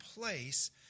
place